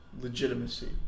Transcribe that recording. legitimacy